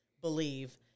believe